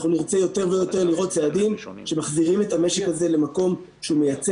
אנחנו נרצה יותר ויותר לראות צעדים שמחזירים את המשק הזה למקום שמייצר,